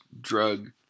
drug